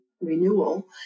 renewal